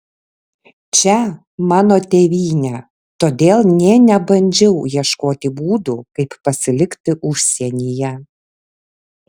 čia mano tėvynė todėl nė nebandžiau ieškoti būdų kaip pasilikti užsienyje